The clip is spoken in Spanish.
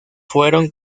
fueron